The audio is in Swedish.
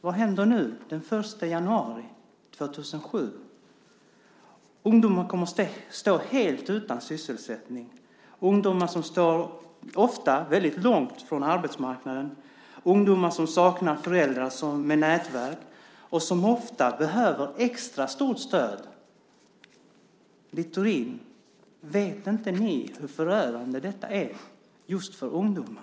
Vad händer nu den 1 januari 2007? Ungdomar kommer att stå helt utan sysselsättning, ungdomar som ofta står väldigt långt från arbetsmarknaden, som saknar föräldrar med nätverk och som ofta behöver extra stort stöd. Littorin, vet inte ni hur förödande detta är just för ungdomar?